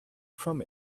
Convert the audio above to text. from